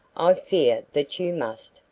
i fear that you must,